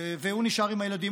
והוא נשאר עם הילדים.